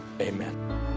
Amen